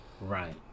right